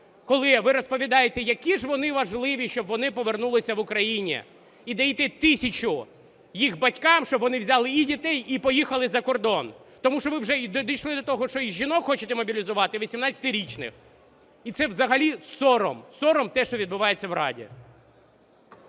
коли ви розповідаєте, які ж вони важливі, щоб вони повернулися в Україну. І даєте тисячу їх батькам, щоб вони взяли і дітей, і поїхали за кордон, тому що ви вже дійшли до того, що і жінок хочете мобілізувати, і 18-річних. І це взагалі сором. Сором – те, що відбувається в Раді.